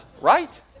Right